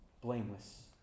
blameless